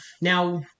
Now